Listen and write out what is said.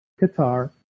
Qatar